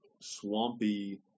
swampy